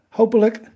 hopelijk